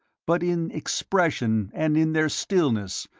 but in expression and in their stillness,